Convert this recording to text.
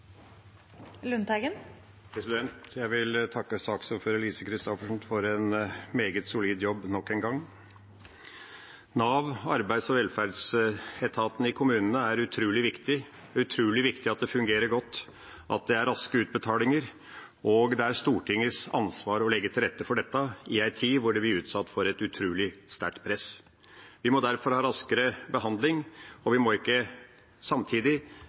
disse. Jeg vil takke saksordfører Lise Christoffersen for en meget solid jobb, nok en gang. Nav – Arbeids- og velferdsetaten – i kommunene er utrolig viktig. Det er utrolig viktig at det fungerer godt, at det er raske utbetalinger, og det er Stortingets ansvar å legge til rette for dette i ei tid hvor de blir utsatt for et utrolig sterkt press. Vi må derfor ha raskere behandling, men det må ikke samtidig